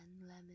lemon